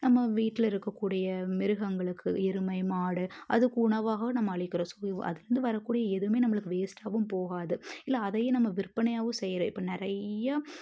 நம்ம வீட்டில் இருக்கக்கூடிய மிருகங்களுக்கு எருமை மாடு அதுக்கு உணவாகவும் நம்ம அளிக்கிறோம் ஸோ அதுலேருந்து வரக்கூடிய எதுவுமே நம்மளுக்கு வேஸ்ட்டாகவும் போகாது இல்லை அதையும் நம்ம விற்பனையாவும் செய்கிறோம் இப்போ நிறையா